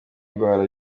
indwara